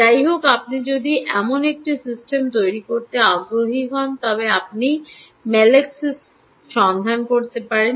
যাইহোক আপনি যদি এমন একটি সিস্টেম তৈরি করতে আগ্রহী হন তবে আপনি মেলাক্সিসকে সন্ধান করতে পারেন